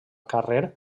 carrer